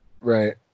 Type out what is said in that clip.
Right